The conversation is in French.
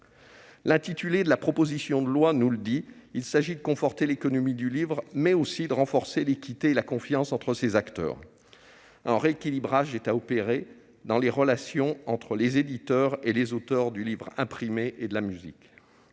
L'intitulé de la proposition de loi nous le dit : il s'agit de conforter l'économie du livre, mais aussi de renforcer l'équité et la confiance entre ses acteurs. Un rééquilibrage est à opérer dans les relations entre les éditeurs et les auteurs du livre imprimé et de la musique.